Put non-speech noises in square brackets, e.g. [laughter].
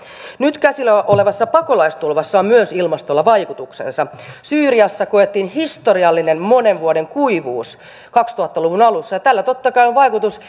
nyt käsillä olevassa pakolaistulvassa on myös ilmastolla vaikutuksensa syyriassa koettiin historiallinen monen vuoden kuivuus kaksituhatta luvun alussa ja tällä totta kai on vaikutus [unintelligible]